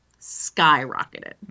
skyrocketed